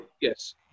yes